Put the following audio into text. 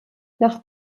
nach